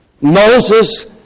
Moses